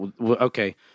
Okay